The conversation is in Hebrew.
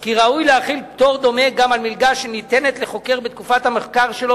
כי ראוי להחיל פטור דומה גם על מלגה שניתנת לחוקר בתקופת המחקר שלו